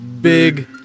Big